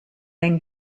then